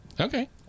Okay